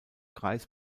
kreis